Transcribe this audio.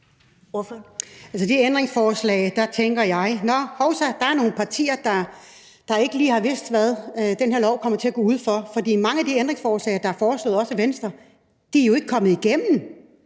til de ændringsforslag tænker jeg: Nå, hovsa, der er nogle partier, der ikke lige har vidst, hvad den her lov kommer til at gå ud på. For mange af de ændringsforslag, der er stillet, også af Venstre, er jo ikke kommet igennem.